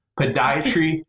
podiatry